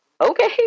Okay